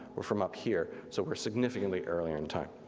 were from up here, so we're significantly earlier in time.